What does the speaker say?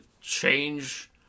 change